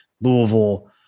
Louisville